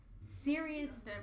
serious